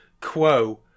Quo